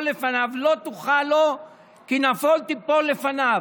לפניו לא תוכל לו כי נָפוֹל תפול לפניו".